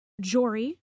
Jory